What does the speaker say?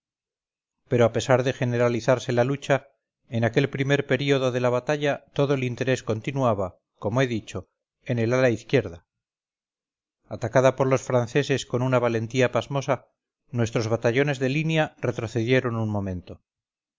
pero a pesar de generalizarse la lucha en aquel primer período de la batalla todo el interés continuaba como he dicho en el ala izquierda atacada por los franceses con una valentía pasmosa nuestros batallones de línea retrocedieron un momento